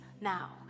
now